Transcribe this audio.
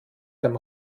dem